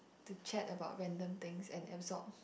to chat about random things and absorb